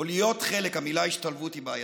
או להיות חלק, המילה "השתלבות" היא בעייתית.